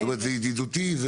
זה ידידותי?